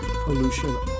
pollution